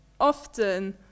often